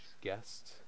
guest